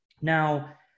Now